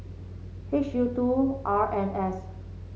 H U two R N S